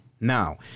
Now